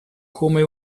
come